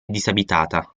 disabitata